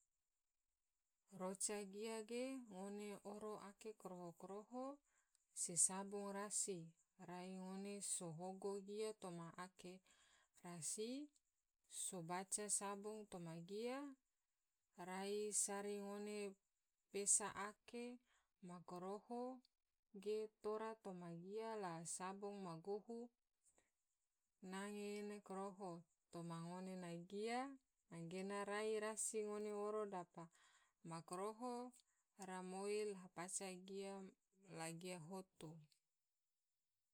Roca gia ge ngone oro ake koroho koroho se sabong rasi, rai ngone sohobo gia toma ake rasi sobaca sabong toma gia, rai sari ngone pesa ake ma koroho ge tora toma gia la sabong ma gabu nange ena koroho toma ngone na gia gena rai rasi ngone oro dapa ma koroho rimoi la paca gia la gia hotu.